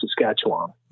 Saskatchewan